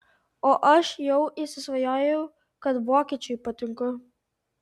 o aš jau įsisvajojau kad vokiečiui patinku